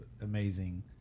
amazing